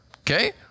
Okay